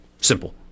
Simple